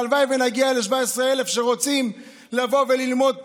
והלוואי שנגיע ל-17,000 שרוצים לבוא וללמוד פה,